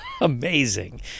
amazing